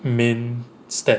main stat